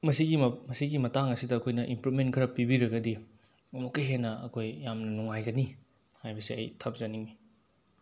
ꯃꯁꯤꯒꯤ ꯃꯁꯤꯒꯤ ꯃꯇꯥꯡ ꯑꯁꯤꯗ ꯑꯩꯈꯣꯏꯅ ꯏꯝꯄ꯭ꯔꯨꯕꯃꯦꯟ ꯈꯔ ꯄꯤꯕꯤꯔꯒꯗꯤ ꯑꯃꯨꯛꯀ ꯍꯦꯟꯅ ꯑꯩꯈꯣꯏ ꯌꯥꯝꯅ ꯅꯨꯡꯉꯥꯏꯒꯅꯤ ꯍꯥꯏꯕꯁꯦ ꯑꯩ ꯊꯝꯖꯅꯤꯡꯏ